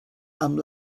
amb